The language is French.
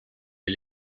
est